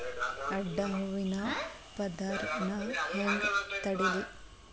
ಅಡ್ಡ ಹೂವಿನ ಪದರ್ ನಾ ಹೆಂಗ್ ತಡಿಲಿ?